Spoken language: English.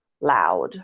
loud